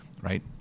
right